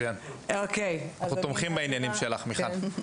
אנחנו תומכים בעניינים שלך, מיכל.